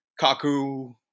Kaku